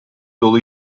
dolu